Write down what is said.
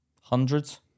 Hundreds